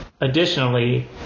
Additionally